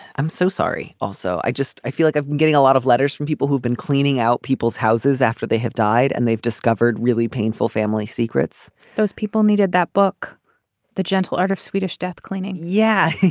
i'm so sorry. also i just i feel like i've been getting a lot of letters from people who've been cleaning out people's houses after they have died and they've discovered really painful family secrets those people needed that book the gentle art of swedish death cleaning yeah.